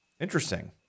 interesting